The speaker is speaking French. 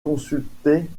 consultait